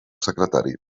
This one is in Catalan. secretari